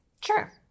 Sure